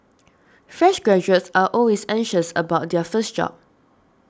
fresh graduates are always anxious about their first job